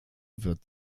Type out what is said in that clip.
wird